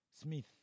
Smith